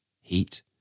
heat